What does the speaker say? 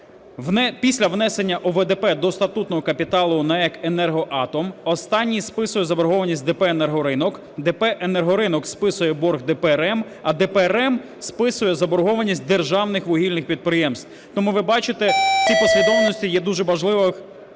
після внесення ОВДП до статутного капіталу НЕК "Енергоатом" останній списує заборгованість ДП "Енергоринок", ДП "Енергоринок" списує борг ДП РЕМ, а ДП РЕМ списує заборгованість державних вугільних підприємств. Тому ви бачите в цій послідовності є дуже важливих